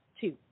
two